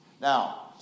Now